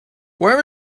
where